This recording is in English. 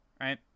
right